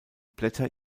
blätter